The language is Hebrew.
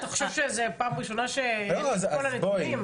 אתה חושב שזה פעם ראשונה שאין לי את כל הנתונים?